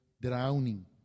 drowning